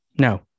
no